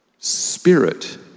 Spirit